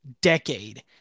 decade